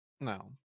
No